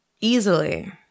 Easily